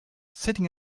sitting